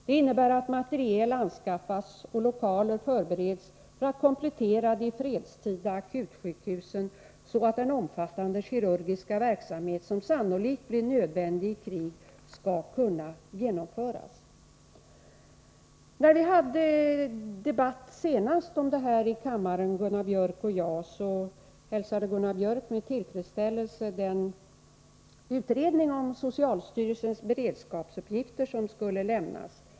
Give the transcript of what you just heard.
Det innebär att materiel anskaffas och lokaler förbereds för att komplettera de fredstida akutsjukhusen, så att den omfattande kirurgiska verksamhet som sannolikt blir nödvändig i krig skall kunna genomföras. När Gunnar Biörck och jag senast hade en debatt i kammaren om detta hälsade Gunnar Biörck med tillfredsställelse den utredning om socialstyrelsens beredskapsuppgifter som skulle lämnas.